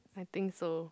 I think so